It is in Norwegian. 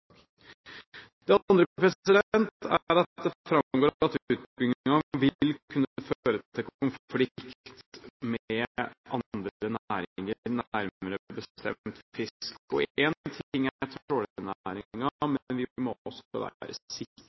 sak. Det andre er at det framgår at utbyggingen vil kunne føre til konflikt med andre næringer, nærmere bestemt fisk. Én ting er trålernæringen, men vi må også være sikre